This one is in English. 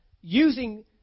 using